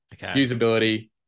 usability